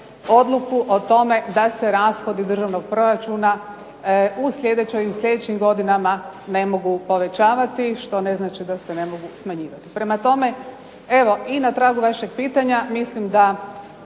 odluku o tome da se rashodi državnog proračuna u sljedećim godinama ne mogu povećavati što ne znači da se ne mogu smanjivati. Prema tome, evo i na tragu vašeg pitanja mislim da